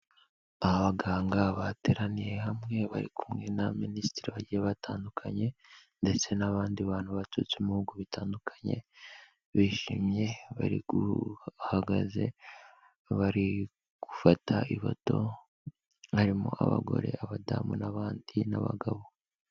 Abaganga bateraniye hamwe bari kumwe n'aminisitiri bagiye batandukanye ndetse n'abandi bantu baturutse mu bihugu bigiye bitandukanye, bishimye barahagaze bari gufata ifoto harimo abagore, abadamu n'abandi n'abagabo.